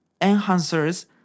enhancers